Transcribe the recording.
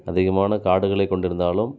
அதிகமான காடுகளை கொண்டிருந்தாலும்